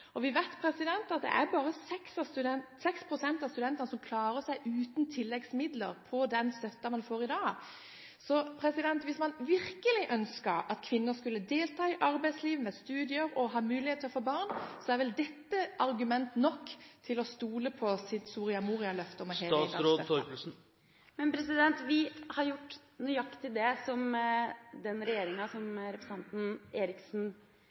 Vi vet at det er bare 6 pst. av studentene som klarer seg uten tilleggsmidler på den støtten man får i dag. Hvis man virkelig ønsket at kvinner skulle delta i arbeidsliv og studier og ha mulighet til å få barn, så er vel dette argument nok til å stole på sitt Soria Moria-løfte om å heve engangsstønaden? Vi har gjort nøyaktig det som den regjeringa som representanten Eriksen